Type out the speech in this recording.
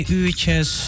uurtjes